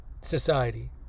society